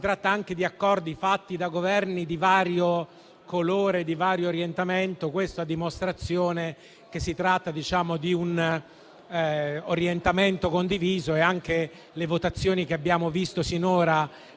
Si tratta anche di accordi fatti da Governi di vario colore e di vario orientamento, a dimostrazione che si tratta di un orientamento condiviso. Anche le votazioni che abbiamo visto finora,